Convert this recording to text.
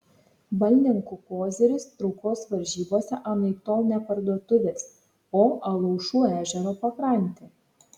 balninkų koziris traukos varžybose anaiptol ne parduotuvės o alaušų ežero pakrantė